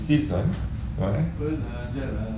pelajaran